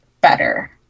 better